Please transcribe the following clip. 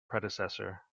predecessor